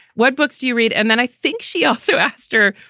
what books do you read? and then i think she also asked her,